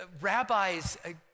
rabbis